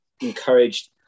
encouraged